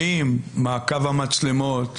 האם מעקב המצלמות?